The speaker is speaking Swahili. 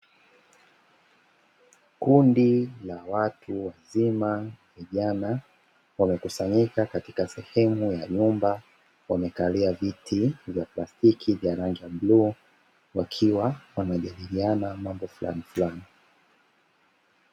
Kundi la watu wazima vijana wamekusanyika katika sehemu ya nyumba wamekalia viti vya plastiki vya rangi ya bluu wakiwa wanajadiliana mambo fulanifulani.